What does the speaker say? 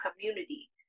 community